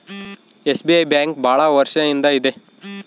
SBI bank ಭಾಳ ವರ್ಷ ಇಂದ ಇದೆ